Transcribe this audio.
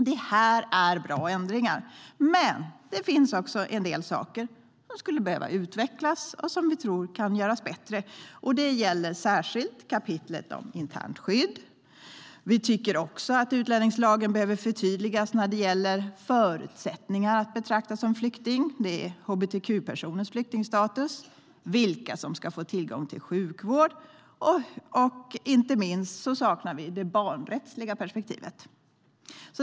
Det här är bra ändringar. Men det finns också en del saker som skulle behöva utvecklas och som vi tror kan göras bättre. Det gäller särskilt kapitlet om internt skydd. Vi tycker också att utlänningslagen behöver förtydligas när det gäller förutsättningar för att betraktas som flykting, hbtq-personers flyktingstatus och vilka som ska få tillgång till sjukvård. Inte minst saknar vi det barnrättsliga perspektivet.